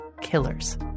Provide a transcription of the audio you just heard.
killers